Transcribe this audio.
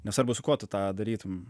nesvarbu su kuo tu tą darytum